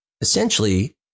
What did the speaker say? Essentially